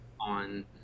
on